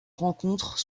rencontrent